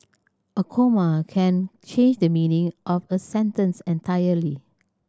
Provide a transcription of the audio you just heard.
a comma can change the meaning of a sentence entirely